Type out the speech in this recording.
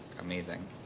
amazing